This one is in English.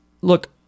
Look